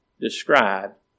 described